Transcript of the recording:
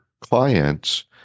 clients